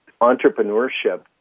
entrepreneurship